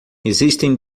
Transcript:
existem